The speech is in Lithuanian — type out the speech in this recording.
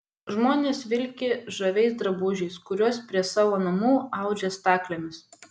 žmonės vilki žaviais drabužiais kuriuos prie savo namų audžia staklėmis